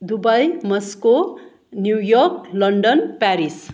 Dubai Moscow New York London Paris